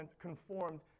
conformed